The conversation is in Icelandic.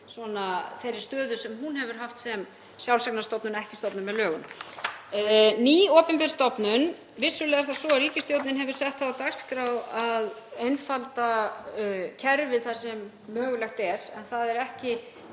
þeirri stöðu sem hún hefur haft sem sjálfseignarstofnun, ekki stofnun með lögum. Ný opinber stofnun — vissulega er það svo að ríkisstjórnin hefur sett það á dagskrá að einfalda kerfið þar sem mögulegt er. En það er ekki